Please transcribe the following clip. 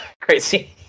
crazy